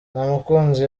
ntamukunzi